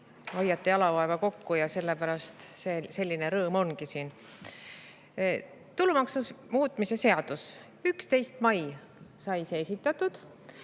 hoiate jalavaeva kokku ja sellepärast siin selline rõõm ongi. Tulumaksu muutmise seadus, 11. mail sai see esitatud